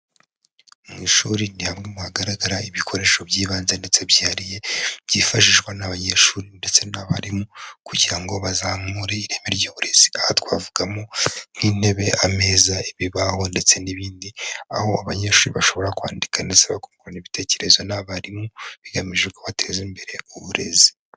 Mu ishuri ni hamwe mu hagaragara ibikoresho by'ibanze ndetse byihariye, byifashishwa n'abanyeshuri ndetse n'abarimu kugira ngo bazamure ireme ryu'burezi. Aha twavugamo nk'intebe, ameza, ibibaho ndetse n'ibindi, aho abanyeshuri bashobora kwandika ndetse bakungurana ibitekerezo n'abarimu bigamije ko bateza imbere uburezi.